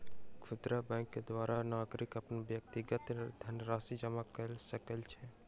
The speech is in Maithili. खुदरा बैंक के द्वारा नागरिक अपन व्यक्तिगत धनराशि जमा कय सकै छै